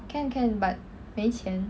can can but 没钱